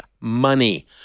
Money